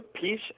peace